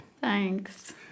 Thanks